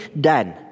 done